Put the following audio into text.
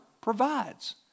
provides